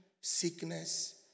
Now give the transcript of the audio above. sickness